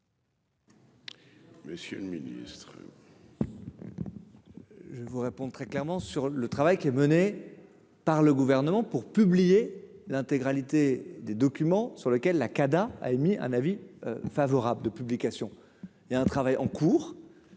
Monsieur le ministre.